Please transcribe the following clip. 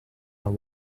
are